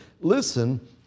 Listen